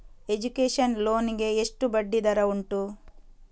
Education loan ಗೆ ಎಷ್ಟು ಬಡ್ಡಿ ದರ ಉಂಟು?